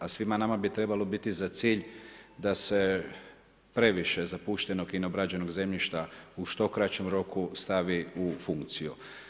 A svima nama bi trebalo biti za cilj, da se previše zapuštenog i neobrađenog zemljišta u što kraćem roku stavi u funkciju.